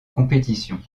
compétition